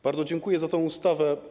Bardzo dziękuję za tę ustawę.